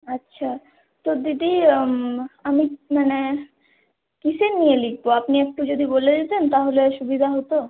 আচ্ছা তো দিদি আমি মানে কীসের নিয়ে লিখব আপনি একটু যদি বলে দিতেন তাহলে সুবিধা হতো